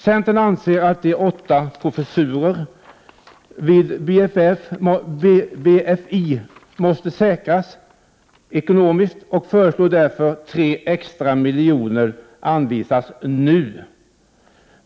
Centern anser att de åtta professurerna vid BFI måste säkras ekonomiskt och föreslår därför att tre extra miljoner anvisas nu.